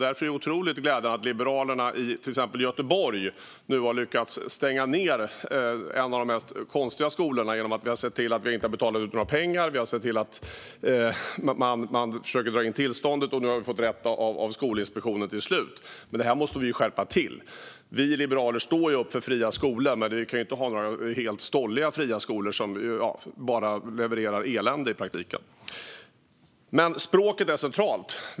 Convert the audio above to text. Därför är det ett otroligt glädjande exempel att Liberalerna i Göteborg nu har lyckats stänga ned en av de konstigaste skolorna. Vi har sett till att det inte betalats ut några pengar och försökt dra in tillståndet, och nu har vi till slut fått rätt av Skolinspektionen. Men det här måste vi skärpa till. Vi liberaler står upp för fria skolor, men vi kan ju inte ha helt stolliga fria skolor som i praktiken bara levererar elände. Språket är centralt.